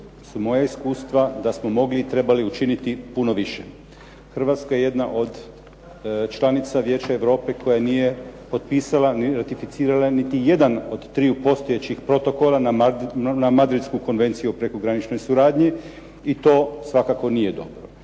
su moja iskustva da smo mogli i trebali učiniti puno više. Hrvatska je jedna od članica Vijeća Europe koja nije potpisala ni ratificirala niti jedan od triju postojećih protokola na madridsku Konvenciju o prekograničnoj suradnji i to svakako nije dobro.